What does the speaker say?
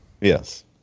Yes